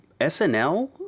SNL